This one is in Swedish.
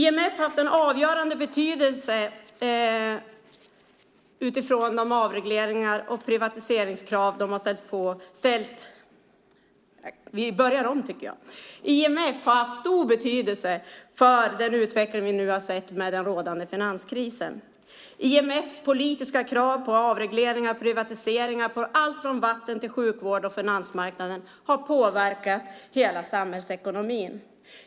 Fru talman! IMF har haft stor betydelse för den utveckling vi nu har sett med den rådande finanskrisen. IMF:s politiska krav på avregleringar och privatiseringar av allt från vatten till sjukvård och finansmarknaden har påverkat hela samhällsekonomin.